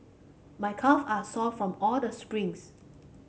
my calve are sore from all the sprints